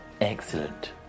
Excellent